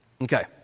Okay